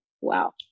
Wow